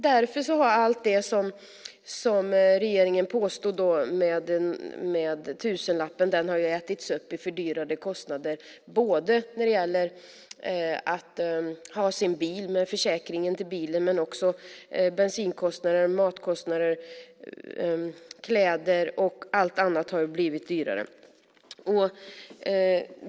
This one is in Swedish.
Därför har allt det som regeringen påstod med tusenlappen ätits upp i fördyrade kostnader både när det gäller att ha sin bil och försäkringen för den och även bensinkostnader, matkostnader och kläder. Allt annat har också blivit dyrare.